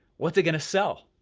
what's it gonna sell?